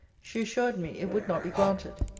she assured me, it would not be granted.